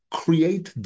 create